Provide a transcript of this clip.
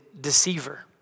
deceiver